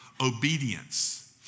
obedience